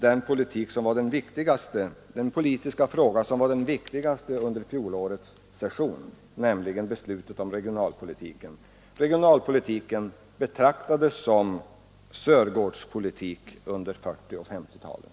Den politik som vi drivit ända sedan 1940-talet har nu erkänts — bl.a. i fjol av statsministern — vara den viktigaste politiska frågan under fjolårets höstsession, nämligen regionalpolitiken.